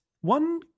one